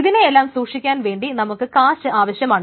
ഇതിനെയെല്ലാം സൂക്ഷിക്കാൻ വേണ്ടി നമുക്ക് കാശ് ആവശ്യമാണ്